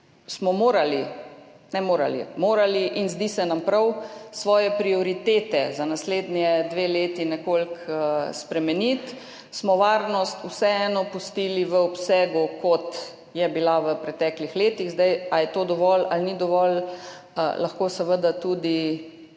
smo morali, ne le morali, zdi se nam prav, svoje prioritete za naslednji dve leti nekoliko spremeniti, smo varnost vseeno pustili v obsegu, kot je bila v preteklih letih. Ali je to dovolj ali ni dovolj, lahko seveda tudi